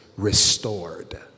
Restored